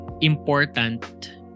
important